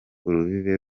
urubibe